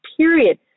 period